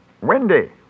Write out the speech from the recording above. Wendy